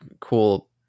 cool